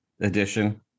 edition